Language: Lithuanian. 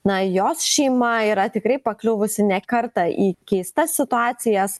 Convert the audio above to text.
na jos šeima yra tikrai pakliuvusi ne kartą į keistas situacijas